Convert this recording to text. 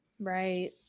Right